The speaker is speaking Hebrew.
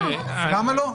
למה לא?